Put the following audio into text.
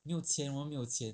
没有钱我们没有钱